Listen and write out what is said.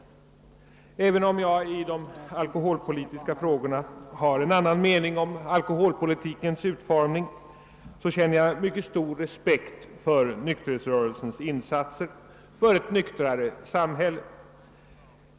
även om jag i de alkoholpolitiska frågorna har en annan mening om alkoholpolitikens utformning känner jag mycket stor respekt för nykterhetsrörelsens insatser för ett nyktrare samhälle.